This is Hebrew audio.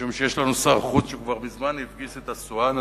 משום שיש לנו שר חוץ שכבר מזמן הפגיז את אסואן,